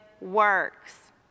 works